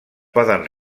poden